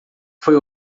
foi